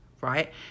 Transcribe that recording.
Right